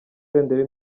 senderi